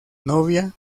novia